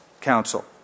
council